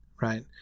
right